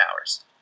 hours